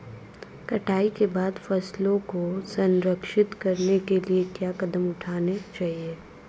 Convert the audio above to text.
कटाई के बाद फसलों को संरक्षित करने के लिए क्या कदम उठाने चाहिए?